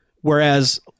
Whereas